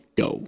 go